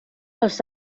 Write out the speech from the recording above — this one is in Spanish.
los